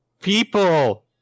people